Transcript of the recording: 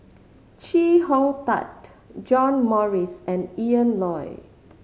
Chee Hong Tat John Morrice and Ian Loy